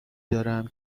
دارم